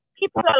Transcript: People